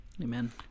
Amen